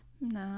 No